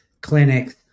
clinics